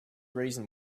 reason